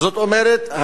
זאת אומרת,